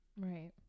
Right